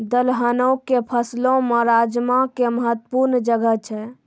दलहनो के फसलो मे राजमा के महत्वपूर्ण जगह छै